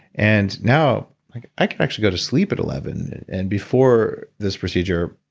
and now like i can actually go to sleep at eleven. and before this procedure,